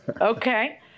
Okay